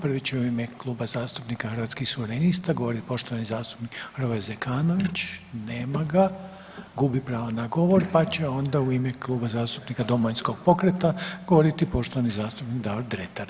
Prvi će u ime Kluba zastupnika Hrvatskih suverenista govorit poštovani zastupnik Hrvoje Zekanović, nema ga, gubi pravo na govor, pa će onda u ime Kluba zastupnika Domovinskog pokreta govorit poštovani zastupnik Davor Dretar.